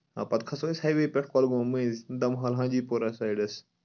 پتہٕ کھَسو أسۍ ہائی وے پؠٹھ کۄلگوم مٔنٛزۍ دَمحال ہانجی پورہ سایڈَس